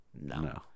No